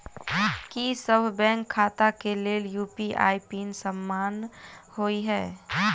की सभ बैंक खाता केँ लेल यु.पी.आई पिन समान होइ है?